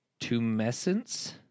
tumescence